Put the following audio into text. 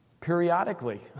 Periodically